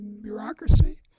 bureaucracy